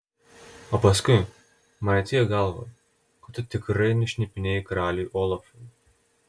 o paskui man atėjo į galvą kad tu tikrai nešnipinėjai karaliui olafui